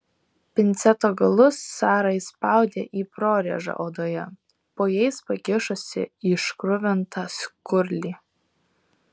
pinceto galus sara įspraudė į prorėžą odoje po jais pakišusi iškruvintą skurlį